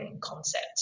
concept